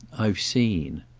i've seen.